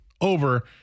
over